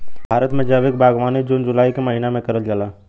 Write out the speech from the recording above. भारत में जैविक बागवानी जून जुलाई के महिना में करल जाला